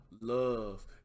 love